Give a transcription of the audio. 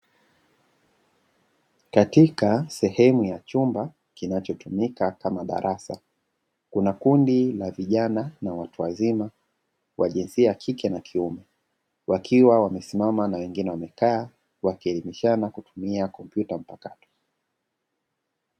Katika sehemu ya chumba kinacho tumika kama darasa, kuna kundi la vijana na watu wazima wa jinsia ya kike na kiume, wakiwa wamesimama na wengine wamekaa , wakielimishana kwa kutumia kompyuta mpakato.